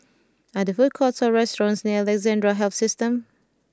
are there food courts or restaurants near Alexandra Health System